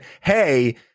hey